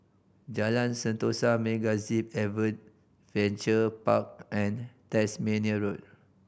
Jalan Sentosa MegaZip Adventure Park and Tasmania Road